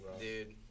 Dude